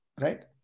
right